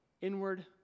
inward